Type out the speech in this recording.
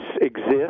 exist